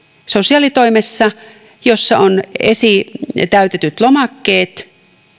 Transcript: sosiaalitoimessa jossa on esitäytetyt lomakkeet